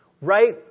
right